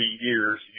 years